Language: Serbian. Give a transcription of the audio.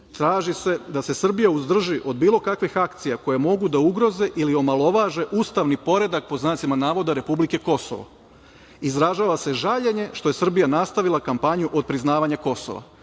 traži se da se Srbija uzdrži od bilo kakvih akcija koje mogu da ugroze ili omalovaže ustavni poredak, pod znacima navoda, republike Kosovo, izražava se žaljenje što je Srbija nastavila kampanju otpriznavanja Kosova.